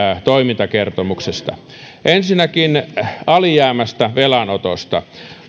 toimintakertomuksesta ensinnäkin alijäämästä ja velanotosta